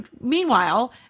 Meanwhile